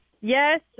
Yes